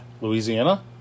Louisiana